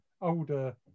older